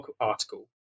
article